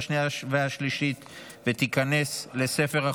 תודה רבה.